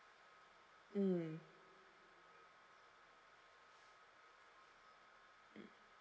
mm mm